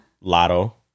Lotto